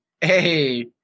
Hey